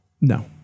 No